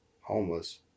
homeless